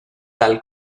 tal